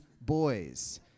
boys